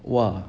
!wah!